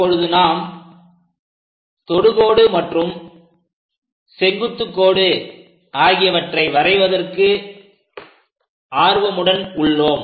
இப்பொழுது நாம் தொடுகோடு மற்றும் செங்குத்துக் கோடு ஆகியவற்றை வரைவதற்கு ஆர்வமுடன் உள்ளோம்